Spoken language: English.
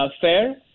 fair